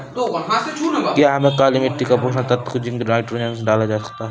क्या हमें काली मिट्टी में पोषक तत्व की जिंक नाइट्रोजन डालनी चाहिए?